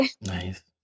nice